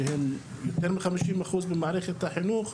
שהן יותר מ-50% ממערכת החינוך.